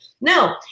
No